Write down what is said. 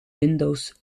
windows